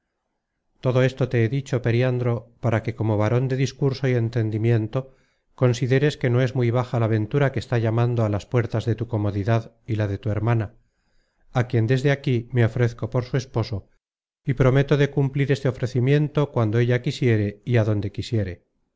todo esto te he dicho periandro para que como varon de discurso y entendimiento consideres que no es muy baja la ventura que está llamando á las puertas de tu comodidad y la de tu hermana á quien desde aquí me ofrezco por su esposo y prometo de cumplir este ofrecimiento cuando ella quisiere y adonde quisiere